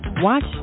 Watch